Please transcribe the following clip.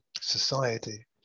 society